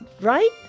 Right